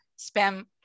spam